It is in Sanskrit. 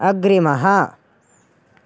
अग्रिमः